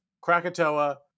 Krakatoa